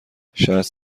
شصت